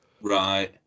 Right